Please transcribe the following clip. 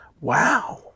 Wow